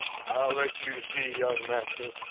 i'll let you see, young master.